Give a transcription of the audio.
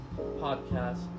podcast